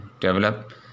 develop